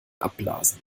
abblasen